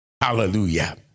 Hallelujah